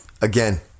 again